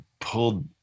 pulled